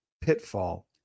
pitfall